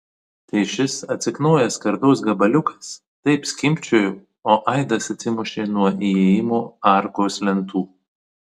tai šis atsiknojęs skardos gabaliukas taip skimbčiojo o aidas atsimušė nuo įėjimo arkos lentų